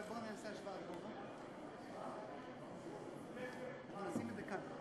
אתם גם נתתם לעולם מדענים גדולים כמו דן שכטמן,